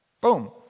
Boom